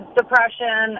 depression